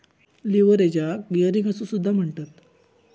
लीव्हरेजाक गियरिंग असो सुद्धा म्हणतत